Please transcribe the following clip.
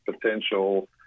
potential